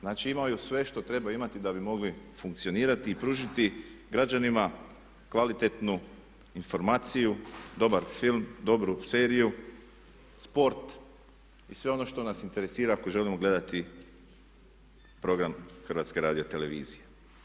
Znači imaju sve što trebaju imati da bi mogli funkcionirati i pružiti građanima kvalitetnu informaciju, dobar film, dobru seriju, sport i sve ono što nas interesira ako želimo gledati program HRT-a.